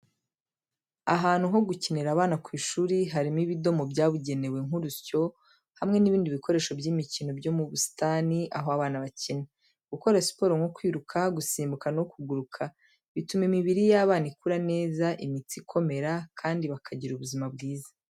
Ahantu ho gukinira abana ku ishuri, harimo ibidomo byabugenewe nk’urusyo hamwe n’ibindi bikoresho by’imikino byo mu busitani aho abana bakina. Gukora siporo nko kwiruka, gusimbuka, no kuguruka bituma imibiri y’abana ikura neza, imitsi ikomera, kandi bagira ubuzima bwiza .